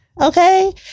okay